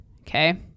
okay